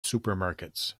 supermarkets